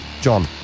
John